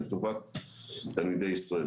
לטובת תלמידי ישראל.